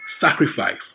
sacrifice